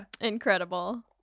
Incredible